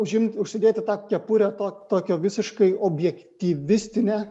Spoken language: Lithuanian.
užimti užsidėti tą kepurę to tokio visiškai objektyvistinę